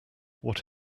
what